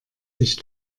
sich